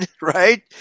right